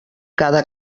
cada